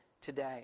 today